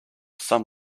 some